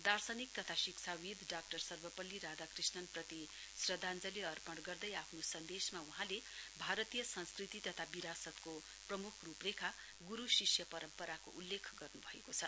दार्शनिक तथा शिक्षाविद डा सर्वपल्ली राधाकृष्णप्रति श्रद्धाञ्जली अर्पण गर्दै आफ्नो सन्देसमा वहाँले भारतीय संस्कृति तथा विरासतको प्रमुख रूपरेखा शुरू शिष्य परम्पराको उल्लेख गर्नु भएको छ